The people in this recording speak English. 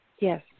Yes